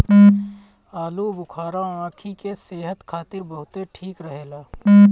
आलूबुखारा आंखी के सेहत खातिर बहुते ठीक रहेला